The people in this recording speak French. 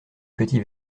petits